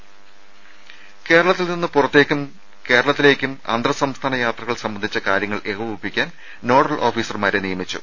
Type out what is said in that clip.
രുമ കേരളത്തിൽ നിന്ന് പുറത്തേക്കും കേരളത്തിലേക്കും അന്തർ സംസ്ഥാന യാത്രകൾ സംബന്ധിച്ച കാര്യങ്ങൾ ഏകോപിപ്പിക്കാൻ നോഡൽ ഓഫീസർമാരെ നിയമിച്ചു